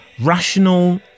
rational